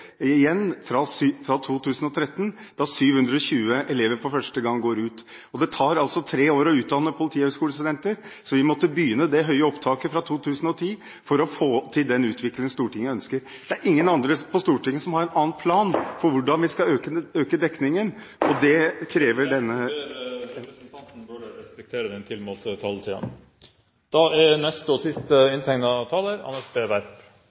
igjen fra 2013, da 720 elever for første gang går ut. Det tar altså tre år å utdanne politihøyskolestudenter, så vi måtte begynne det høye opptaket fra 2010 for å få til den utviklingen Stortinget ønsker. Det er ingen andre på Stortinget som har en annen plan for hvordan vi skal øke dekningen. Presidenten ber representanten Bøhler respektere den tilmålte taletiden. Anders B. Werp har hatt ordet to ganger tidligere i debatten og